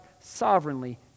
sovereignly